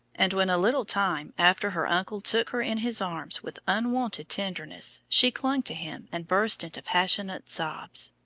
and when a little time after her uncle took her in his arms with unwonted tenderness, she clung to him and burst into passionate sobs.